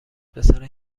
پسرش